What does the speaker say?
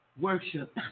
worship